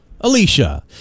Alicia